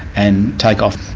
and take off.